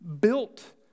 built